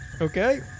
Okay